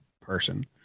person